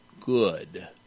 good